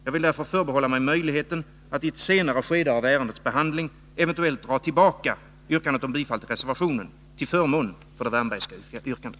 Jag vill därför förbehålla mig möjligheten att i ett senare skede av ärendets behandling eventuellt dra tillbaka yrkandet om bifall till reservationen till förmån för det Wärnbergska yrkandet.